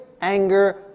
anger